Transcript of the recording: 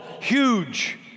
huge